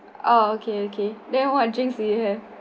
oh okay okay then what drinks do you have